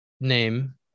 Name